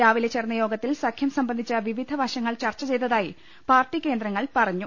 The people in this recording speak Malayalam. രാവിലെ ചേർന്നയോഗത്തിൽ സഖ്യം സംബന്ധിച്ച വിവിധ വശങ്ങൾ ചർച്ച ചെയ്തതയായി പാർട്ടി കേന്ദ്രങ്ങൾ പറഞ്ഞു